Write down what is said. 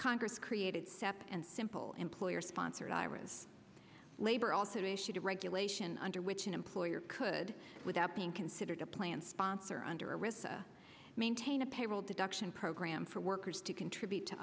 congress created step and simple employer sponsored iras labor also a sheet of regulation under which an employer could without being considered a plan sponsor under a risk to maintain a payroll deduction program for workers to contribute to